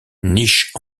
niche